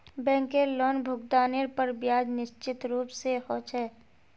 बैंकेर लोनभुगतानेर पर ब्याज निश्चित रूप से ह छे